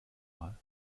mal